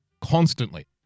constantly